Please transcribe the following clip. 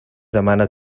demana